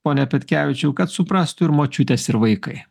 pone petkevičiau kad suprastų ir močiutės ir vaikai